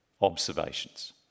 observations